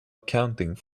accounting